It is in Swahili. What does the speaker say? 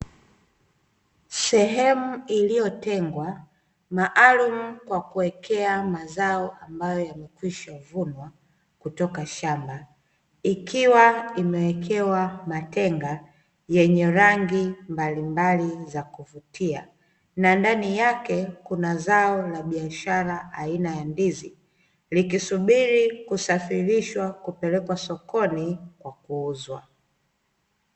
Sehemu iliyotengwa maalumu kwa kuwekea mazao ambayo yamekwishavunwa kutoka shamba. Ikiwa imewekewa matenga yenye rangi mbalimbali za kuvutia, na ndani yake kuna zao la biashara aina ya ndizi likisubiri kusafirishwa kupelekwa sokoni kwa kuuzwa.